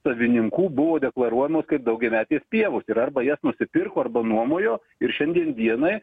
savininkų buvo deklaruojamos kaip daugiametės pievos ir arba jas nusipirko arba nuomojo ir šiandien viena